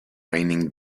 raining